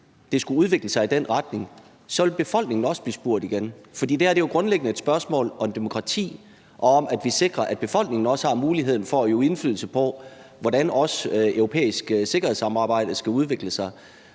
skulle udvikle sig i den retning, så vil befolkningen også blive spurgt igen? For det her er jo grundlæggende et spørgsmål om demokrati og om, at vi sikrer, at befolkningen også har muligheden for at øve indflydelse på, hvordan også det europæiske sikkerhedssamarbejde skal udvikle sig.